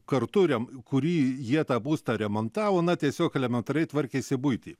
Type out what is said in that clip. kartu rem kurį jie tą būstą remontavo na tiesiog elementariai tvarkėsi buitį